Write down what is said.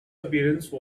appearance